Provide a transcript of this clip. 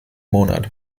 monat